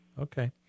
Okay